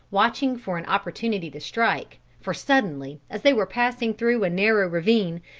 watching for an opportunity to strike, for suddenly, as they were passing through a narrow ravine,